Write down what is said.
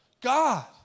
God